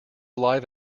live